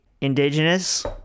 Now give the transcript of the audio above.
indigenous